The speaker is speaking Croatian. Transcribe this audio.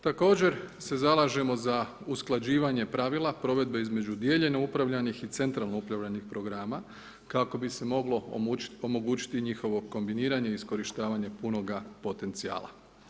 Također se zalažemo za usklađivanje pravila provedbe između dijeljeno upravljanih i centralno upravljanih programa kako bi se moglo omogućiti njihovo kombiniranje i iskorištavanja punoga potencijala.